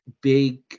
big